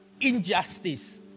Injustice